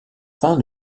fin